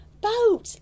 boat